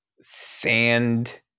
Sand